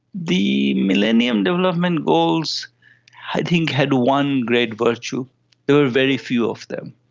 the millennium development goals i think had one great virtue there were very few of them.